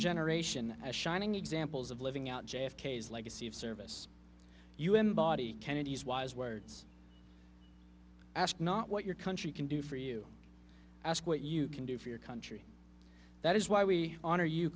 generation as shining examples of living out j f k s legacy of service you embody kennedy's wise words ask not what your country can do for you ask what you can do for your country that is why we honor you